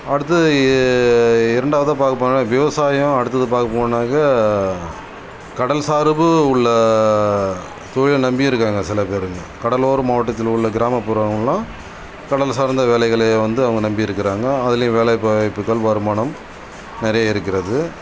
அடுத்தது இரண்டாவதாக பார்க்க போனால் விவசாயம் அடுத்தது பார்க்க போனாக்கா கடல் சார்பு உள்ள தொழிலை நம்பி இருக்காங்க சில பேர் கடலோர மாவட்டத்தில் உள்ள கிராமப்புறங்களெலாம் கடல் சார்ந்த வேலைகளை வந்து அவங்க நம்பி இருக்காங்க அதிலே வேலைவாய்ப்புகள் வருமானம் நிறைய இருக்கிறது